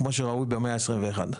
כמו שראוי במאה עשרים ואחת.